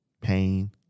pain